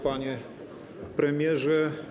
Panie Premierze!